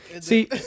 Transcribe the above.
See